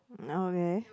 oh okay